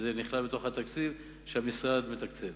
זה נכלל בתקציב שהמשרד מתקצב.